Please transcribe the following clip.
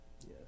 yes